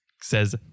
says